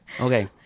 Okay